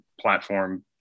platform